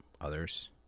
Others